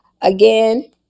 again